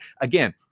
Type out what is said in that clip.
Again